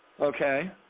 Okay